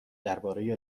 درباره